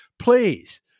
Please